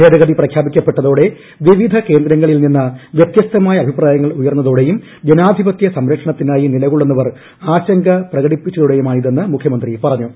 ഭേദഗതി പ്രഖ്യാപിക്കപ്പെട്ടതോടെ വിവിധ കേന്ദ്രങ്ങളിൽ നിന്ന് വ്യത്യസ്തമായ അഭിപ്രായങ്ങൾ ഉയർന്നതോടെയും ജനാധിപത്യ സംരക്ഷണത്തിനായി നിലക്കൊള്ളുന്നവർ ആശങ്ക പ്രകടിപ്പിച്ചതോടേയുമാണിതെന്ന് മുഖ്യമീന്ത്രി പറഞ്ഞു